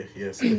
yes